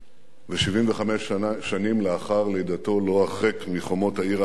ו-75 שנים לאחר לידתו לא הרחק מחומות העיר העתיקה